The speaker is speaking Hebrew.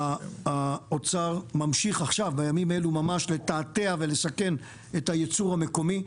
האוצר ממשיך בימים אלה ממש לתעתע ולסכן את היצור המקומי.